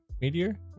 Meteor